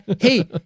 hey